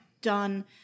done